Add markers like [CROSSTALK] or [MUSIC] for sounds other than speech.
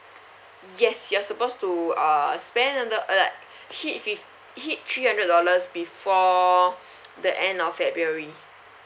[NOISE] yes you're supposed to uh spend on the [NOISE] he if he three hundred dollars before [BREATH] the end of february